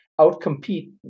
outcompete